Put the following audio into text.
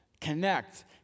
connect